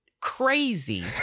crazy